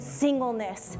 singleness